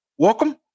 Welcome